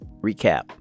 recap